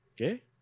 okay